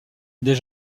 des